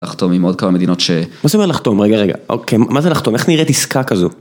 לחתום עם עוד כמה מדינות ש... מה זה אומר לחתום? רגע, רגע. אוקיי, מה זה לחתום? איך נראית עסקה כזו?